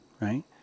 right